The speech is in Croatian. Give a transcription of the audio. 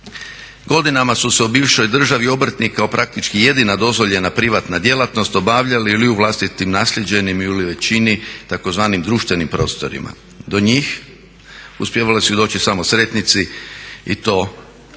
Godinama su se u bivšoj državi obrtnika kao praktički jedina dozvoljena privatna djelatnost obavljali ili u vlastitim naslijeđenim ili u većini tzv. društvenim prostorima. Do njih uspijevali su i doći samo sretnici i to većinom